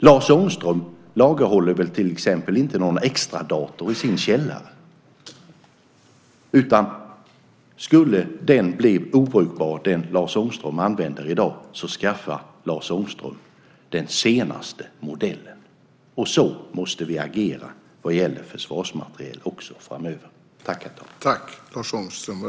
Lars Ångström lagerhåller väl till exempel inte några extra datorer i sin källare, utan skulle den dator som Lars Ångström använder i dag bli obrukbar skaffar Lars Ångström den senaste modellen. Så måste vi agera också vad gäller försvarsmateriel framöver.